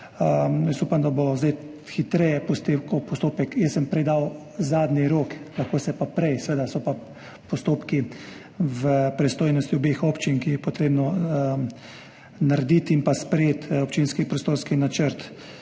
da bo zdaj hitreje potekal postopek. Prej sem dal zadnji rok, lahko se pa prej. Seveda so pa postopki v pristojnosti obeh občin, kjer je potrebno narediti in sprejeti občinski prostorski načrt.